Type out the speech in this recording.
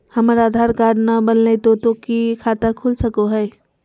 हमर आधार कार्ड न बनलै तो तो की खाता खुल सको है?